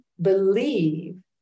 believe